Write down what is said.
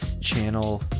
channel